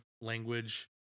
language